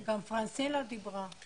גם מקסין לא דיברה.